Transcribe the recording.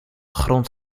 grond